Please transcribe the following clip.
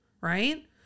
right